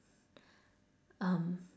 um